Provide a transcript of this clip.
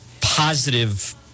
positive